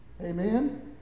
Amen